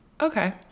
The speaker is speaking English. okay